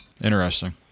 interesting